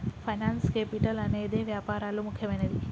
finance capital అనేదే వ్యాపారాల్లో ముఖ్యమైనది